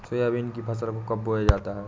Soybean की फसल को कब बोया जाता है?